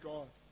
God